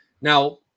Now